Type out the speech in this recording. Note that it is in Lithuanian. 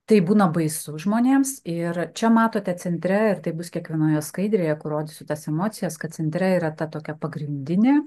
tai būna baisu žmonėms ir čia matote centre ir taip bus kiekvienoje skaidrėje kur rodysiu tas emocijas kad centre yra ta tokia pagrindinė